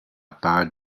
part